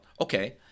Okay